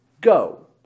Go